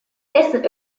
dessen